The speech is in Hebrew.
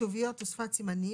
(כתוביות ושפת סימנים),